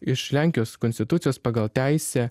iš lenkijos konstitucijos pagal teisę